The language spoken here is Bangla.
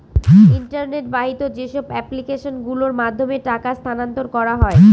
ইন্টারনেট বাহিত যেসব এপ্লিকেশন গুলোর মাধ্যমে টাকা স্থানান্তর করা হয়